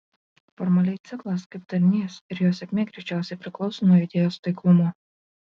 formaliai ciklas kaip darinys ir jo sėkmė greičiausiai priklauso nuo idėjos taiklumo